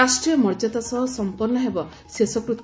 ରାଷ୍ଟ୍ରୀୟ ମର୍ଯ୍ୟାଦା ସହ ସମ୍ମନୁ ହେବ ଶେଷକୃତ